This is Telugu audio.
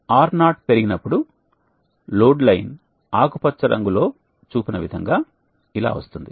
R0 పెరిగినప్పుడు లోడ్ లైన్ ఆకుపచ్చ రంగులో చూపిన విధంగా ఇలా వస్తుంది